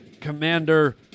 Commander